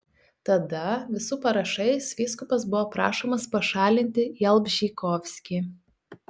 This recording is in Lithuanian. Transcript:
tada visų parašais vyskupas buvo prašomas pašalinti jalbžykovskį